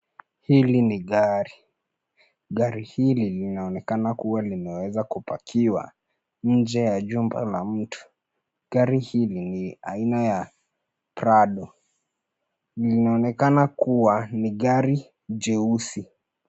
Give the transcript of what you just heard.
Hili ni gari. Gari hili linaonekana kuwa limeweza kupakiwa nje ya jumba la mtu. Gari hili ni aina ya Prado, linaonekana kuwa ni gari jeusi.